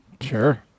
Sure